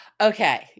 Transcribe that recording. okay